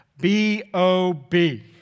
B-O-B